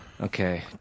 Okay